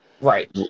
Right